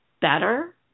better